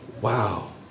wow